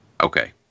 Okay